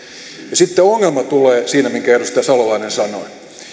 sitten ongelma tulee siinä minkä edustaja salolainen sanoi